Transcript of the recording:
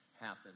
happen